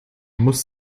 muss